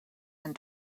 and